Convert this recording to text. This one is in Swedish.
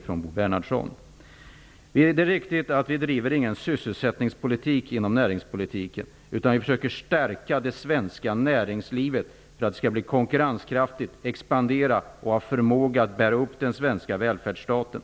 Det är riktigt att vi inom näringspolitiken inte bedriver någon sysselsättningspolitik, utan vi försöker stärka det svenska näringslivet så, att det skall bli konkurrenskraftigt, kunna expandera och ha förmåga att bära upp den svenska välfärdsstaten.